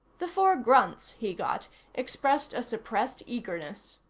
the four grunts he got expressed a suppressed eagerness.